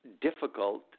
difficult